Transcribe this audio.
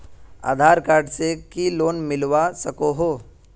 आधार card से की loan मिलवा सकोहो?